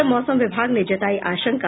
और मौसम विभाग ने जतायी आशंका